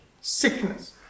sickness